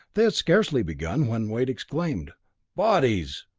they had scarcely begun, when wade exclaimed bodies!